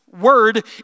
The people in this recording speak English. word